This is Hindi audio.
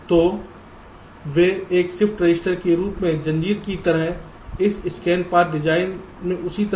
तो वे एक शिफ्ट रजिस्टर के रूप में जंजीर की तरह इस स्कैन पथ डिजाइन में उसी तरह से